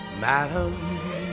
Madam